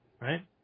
right